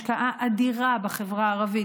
השקעה אדירה בחברה הערבית,